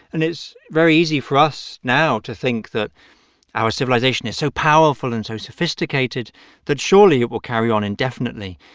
and it's very easy for us now to think that our civilization is so powerful and so sophisticated that surely it will carry on indefinitely.